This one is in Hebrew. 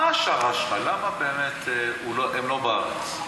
מה ההשערה שלך, למה באמת הם לא בארץ?